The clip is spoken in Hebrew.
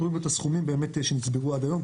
תראו כאן את הסכומים שנצברו עד היום,